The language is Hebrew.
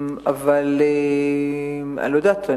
אבל אני לא יודעת,